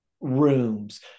rooms